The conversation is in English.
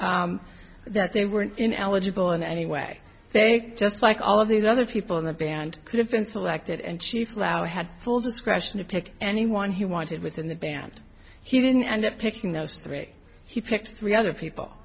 cers that they were ineligible and anyway they just like all of these other people in the band could have been selected and she was allowed to have full discretion to pick anyone he wanted within the band he didn't end up picking those three he picked three other people